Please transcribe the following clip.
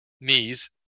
knees